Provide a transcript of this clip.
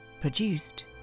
produced